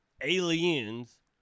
Aliens